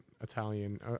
Italian